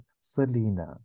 Selena